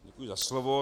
Děkuji za slovo.